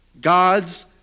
God's